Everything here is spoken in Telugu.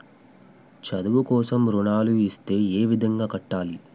చదువు కోసం రుణాలు ఇస్తే ఏ విధంగా కట్టాలి?